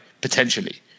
Potentially